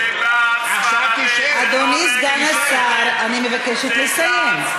אדוני סגן השר, אני מבקשת לסיים.